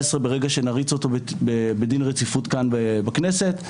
ברגע שנריץ אותו בדין רציפות כאן בכנסת,